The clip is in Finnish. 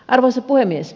arvoisa puhemies